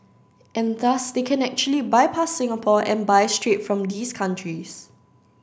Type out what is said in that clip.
and thus they can actually bypass Singapore and buy straight from these countries